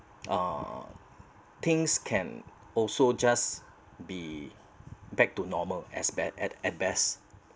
uh things can also just be back to normal as bad at at best